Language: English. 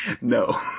no